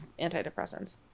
antidepressants